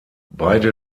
beide